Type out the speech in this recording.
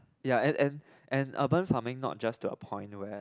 ya and and and urban farming not just the point where